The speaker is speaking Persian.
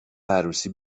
عروسی